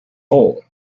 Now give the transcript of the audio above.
hole